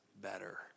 better